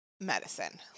medicine